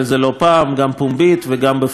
גם פומבית וגם בפורומים סגורים,